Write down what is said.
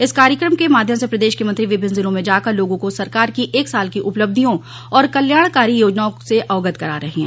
इस कार्यक्रम के माध्यम से प्रदेश के मंत्री विभिन्न जिलों में जाकर लोगों को सरकार की एक साल की उपलब्धियों और कल्याणकारी योजनाओं से अवगत करा रहे हैं